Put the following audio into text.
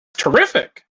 terrific